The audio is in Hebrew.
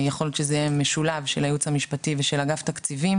יכול להיות שזה יהיה משולב של הייעוץ המשפטי ושל אגף תקציבים,